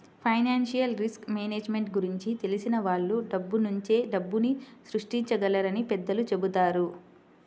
financial risk management గురించి తెలిసిన వాళ్ళు డబ్బునుంచే డబ్బుని సృష్టించగలరని పెద్దలు చెబుతారు